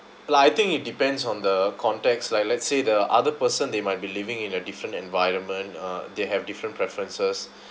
like I think it depends on the context like let's say the other person they might be living in a different environment uh they have different preferences